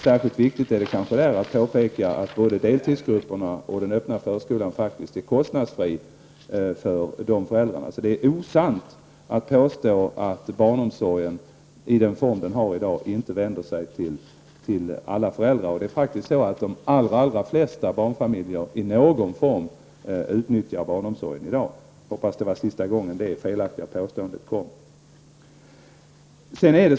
Särskilt viktigt är det kanske att påpeka att både deltidsgrupperna och den öppna förskolan faktiskt är kostnadsfria för föräldrarna. Det är alltså osant att påstå att barnomsorgen i den form vi har i dag inte vänder sig till alla föräldrar. De allra flesta barnfamiljer utnyttjar barnomsorgen i någon form i dag. Jag hoppas det var sista gången detta felaktiga påstående förekommer.